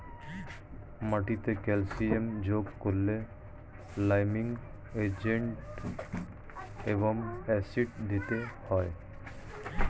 মাটিতে ক্যালসিয়াম যোগ করলে লাইমিং এজেন্ট এবং অ্যাসিড দিতে হয়